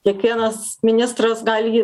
kiekvienas ministras gal jį